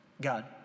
God